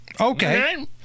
Okay